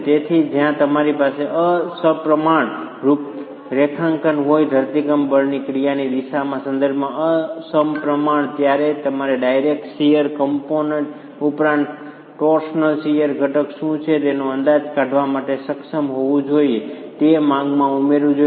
તેથી જ્યારે તમારી પાસે અસમપ્રમાણ રૂપરેખાંકન હોય ધરતીકંપ બળની ક્રિયાની દિશાના સંદર્ભમાં અસમપ્રમાણ હોય ત્યારે તમારે ડાયરેક્ટ શીયર કમ્પોનન્ટ ઉપરાંત ટોર્સનલ શીયર ઘટક શું છે તેનો અંદાજ કાઢવા માટે સક્ષમ હોવું જોઈએ અને તે માંગમાં ઉમેરવું જોઈએ